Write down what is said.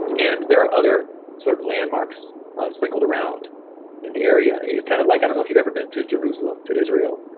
and there are other sort of landmarks sprinkled around in the area yeah kind of like i don't know if you've ever been to jerusalem, to israel.